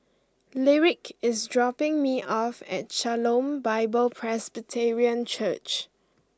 Lyric is dropping me off at Shalom Bible Presbyterian Church